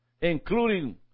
including